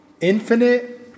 Infinite